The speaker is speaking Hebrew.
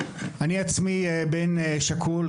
אני עצמי בן שכול,